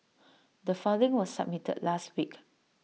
the filing was submitted last week